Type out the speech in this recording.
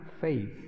faith